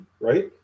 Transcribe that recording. right